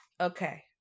Okay